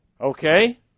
Okay